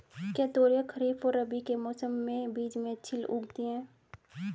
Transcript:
क्या तोरियां खरीफ और रबी के मौसम के बीच में अच्छी उगती हैं?